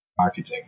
marketing